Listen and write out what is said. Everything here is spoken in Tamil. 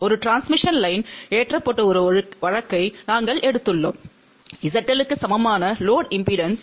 ஒரு டிரான்ஸ்மிஷன் லைன் ஏற்றப்பட்ட ஒரு வழக்கை நாங்கள் எடுத்துள்ளோம் ZL க்கு சமமான லோடு இம்பெடன்ஸ்